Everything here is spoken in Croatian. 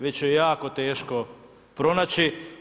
Već je jako teško pronaći.